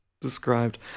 described